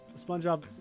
SpongeBob